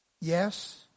Yes